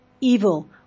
evil